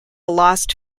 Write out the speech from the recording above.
lost